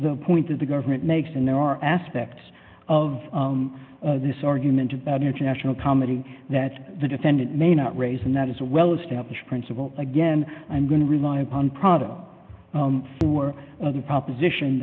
the point that the government makes and there are aspects of this argument about international comedy that the defendant may not raise and that is a well established principle again i'm going to rely upon prado the proposition